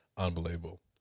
Unbelievable